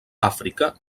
àfrica